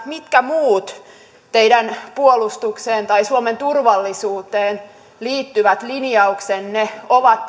mitkä muut teidän puolustukseen tai suomen turvallisuuteen liittyvät linjauksenne ovat